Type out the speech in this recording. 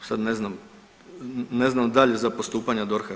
Sad ne znam, ne znam dalje za postupanja DORH-a.